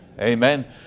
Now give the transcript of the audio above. Amen